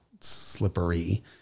slippery